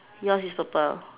yours is purple